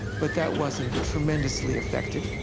but that wasn't tremendously effective.